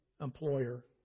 employer